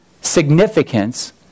significance